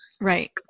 right